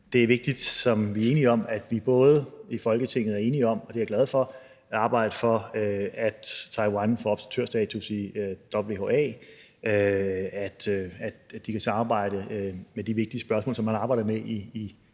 Det er vigtigt, at vi i Folketinget er enige om, og det er jeg glad for, at arbejde for, at Taiwan får observatørstatus i WHA; at de kan samarbejde om de vigtige spørgsmål og de tekniske